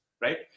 Right